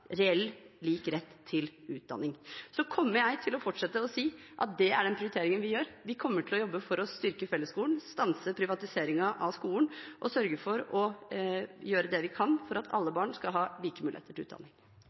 reell lik rett til utdanning. Så kommer jeg til å fortsette å si at det er den prioriteringen vi gjør. Vi kommer til å jobbe for å styrke fellesskolen, stanse privatiseringen av skolen og sørge for å gjøre det vi kan for at alle barn skal ha like muligheter til utdanning.